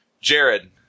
Jared